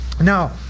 now